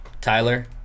Tyler